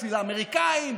בשביל האמריקאים,